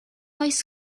oes